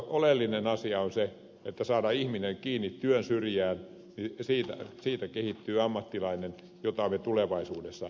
oleellinen asia on se että saadaan ihminen kiinni työn syrjään ja hänestä kehittyy ammattilainen jota me tulevaisuudessa tarvitsemme